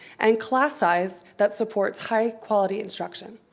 and class size that supports high quality instruction,